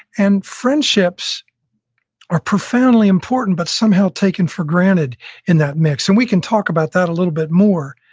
and friendships are profoundly important but somehow taken for granted in that mix, and we can talk about that a little bit more.